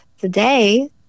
today